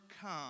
come